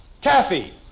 Kathy